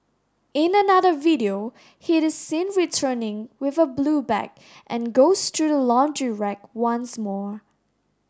in another video he is seen returning with a blue bag and goes through the laundry rack once more